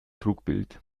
trugbild